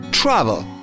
Travel